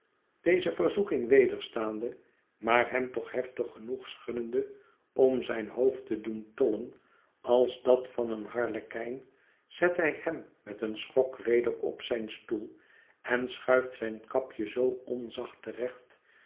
deze verzoeking wederstaande maar hem toch heftig genoeg schuddende om zijn hoofd te doen tollen als dat van een harlekijn zet hij hem met een schok weder op zijn stoel en schuift zijn kapje zoo onzacht